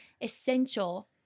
essential